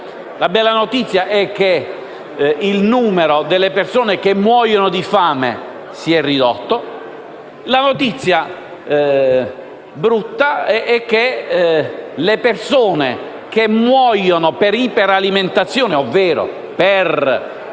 La bella notizia è che il numero delle persone che muoiono di fame si è ridotto; la brutta notizia è che sono aumentate le persone che muoiono per iperalimentazione, ovvero per